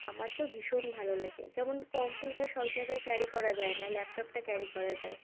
আমার তো ভীষণ ভালো লাগে যেমন কম্পিউটার সব জায়গায় ক্যারি করা যায় না ল্যাপটপটা ক্যারি করা যায়